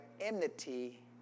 enmity